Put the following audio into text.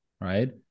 right